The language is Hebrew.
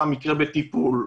לא שהמקרה בטיפול,